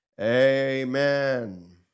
Amen